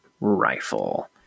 Rifle